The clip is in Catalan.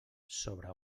sobre